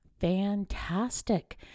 Fantastic